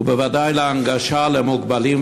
ובוודאי להנגשה למוגבלים.